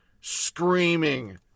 screaming